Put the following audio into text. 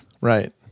Right